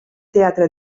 teatre